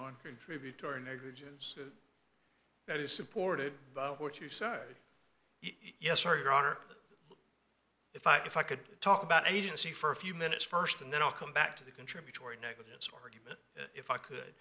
on contributory negligence that is supported by what you said yes sir your honor if i if i could talk about agency for a few minutes first and then i'll come back to the contributory negligence or argument if i could